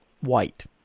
white